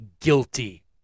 guilty